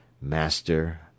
Master